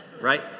right